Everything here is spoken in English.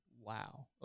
Wow